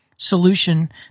solution